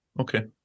Okay